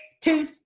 two